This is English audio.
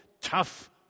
tough